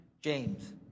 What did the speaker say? James